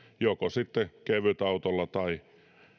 joko sitten kevytautolla tai